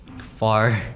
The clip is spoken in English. far